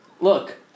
Look